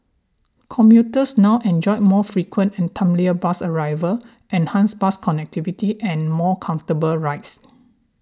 commuters now enjoy more frequent and timelier bus arrivals enhanced bus connectivity and more comfortable rides